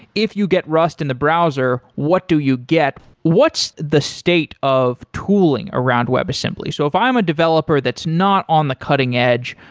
if you get rust in the browser what do you get? what's the state of tooling around web assembly? so, if i am a developer that's not on the cutting edge,